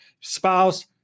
spouse